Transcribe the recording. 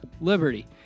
liberty